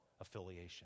affiliation